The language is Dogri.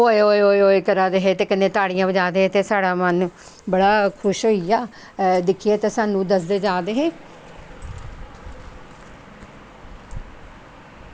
होए होए होए करा दे हे ते कन्नैं ताड़ियां बज़ा दे हे ते साढ़ा मन बड़ा खुस होईया दिक्खियै ते साह्नू दसदे जा दे हे